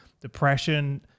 depression